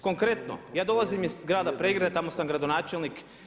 Konkretno ja dolazim iz grada Pregrade, tamo sam gradonačelnik.